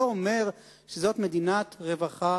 זה אומר שזאת מדינת רווחה